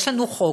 יש לנו חוק.